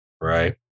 Right